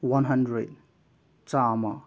one hundred ꯆꯥꯝꯃ